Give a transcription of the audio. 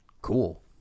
cool